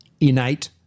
innate